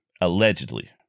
allegedly